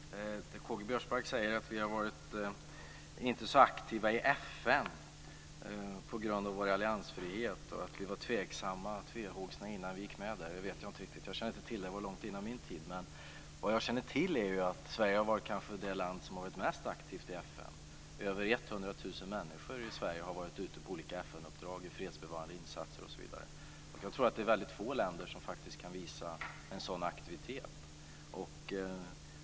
Fru talman! K-G Biörsmark säger att vi inte har varit så aktiva i FN på grund av vår alliansfrihet och att vi var tveksamma och tvehågsna innan vi gick med. Det vet jag inte riktigt. Jag känner inte till det, det var långt före min tid. Men jag vet att Sverige kanske har varit det land som har varit mest aktivt i FN. Över 100 000 människor i Sverige har varit ute på olika FN-uppdrag, i fredsbevarande insatser osv. Jag tror att det är väldigt få länder som faktiskt kan visa en sådan aktivitet.